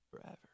forever